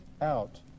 out